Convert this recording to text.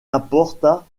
apporta